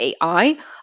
AI